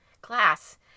class